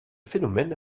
phénomène